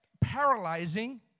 paralyzing